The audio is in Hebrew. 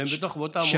והם בתוך אותה מועצה.